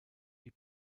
die